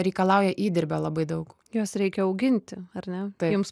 reikalauja įdirbio labai daug juos reikia auginti ar ne jums